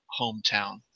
hometown